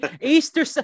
Easter